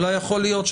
יכול להיות,